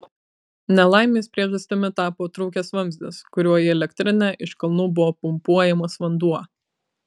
nelaimės priežastimi tapo trūkęs vamzdis kuriuo į elektrinę iš kalnų buvo pumpuojamas vanduo